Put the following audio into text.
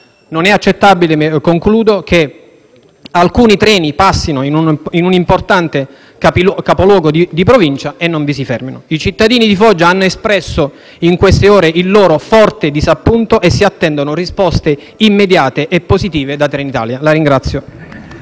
Non è accettabile che alcuni treni passino in un'importante capoluogo di Provincia e non vi si fermino. I cittadini di Foggia hanno espresso nelle ultime ore il loro forte disappunto e attendono risposte immediate e positive da Trenitalia. *(Applausi